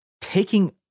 taking